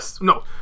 No